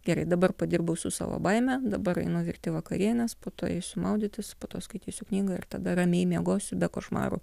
gerai dabar padirbau su savo baime dabar einu virti vakarienės po to eisiu maudytis po to skaitysiu knygą ir tada ramiai miegosiu be košmarų